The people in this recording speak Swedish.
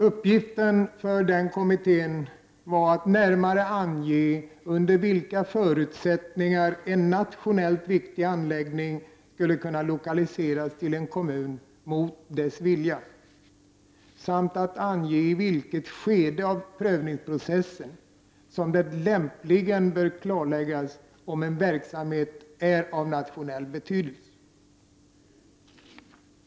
Kommitténs uppgift var att närmare ange under vilka förutsättningar en nationellt viktig anläggning skulle kunna lokaliseras till en kommun mot dess vilja samt att ange i vilket skede av prövningsprocessen som det lämpligen bör klarläggas om en verksamhet är av nationell betydelse.